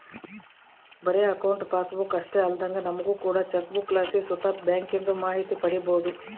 ಬರೇ account passbook ಅಷ್ಟೇ ಅಲ್ದಂಗ ನಮುಗ ಕೋಡೋ ಚೆಕ್ಬುಕ್ಲಾಸಿ ಸುತ ಬ್ಯಾಂಕಿಂದು ಮಾಹಿತಿ ಪಡೀಬೋದು